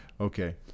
Okay